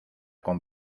con